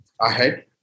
ahead